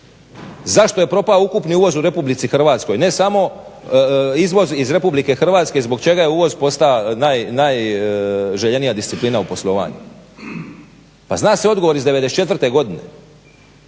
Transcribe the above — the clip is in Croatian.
Zašto je propao ukupan uvoz u RH? ne samo izvoz iz RH zbog čega je uvoz postao najželjenija disciplina u poslovanju. Pa zna se odgovor iz 94. Godine.